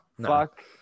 Fuck